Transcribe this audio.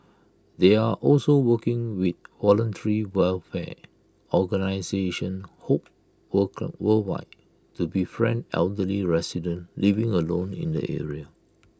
they are also working with voluntary welfare organisation hope work worldwide to befriend elderly residents living alone in the area